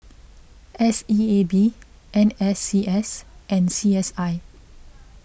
S E A B N S C S and C S I